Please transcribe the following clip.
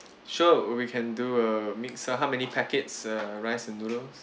sure we we can do a mix uh how many packets uh rice and noodles